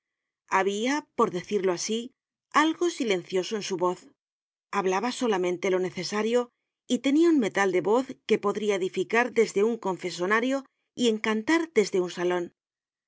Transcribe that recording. habia por decirlo asi algo silencioso en su voz hablaba solamente lo necesario y tenia un metal de voz que podría edificar desde un confesonario y encantar desde un salon